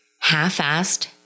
half-assed